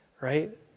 Right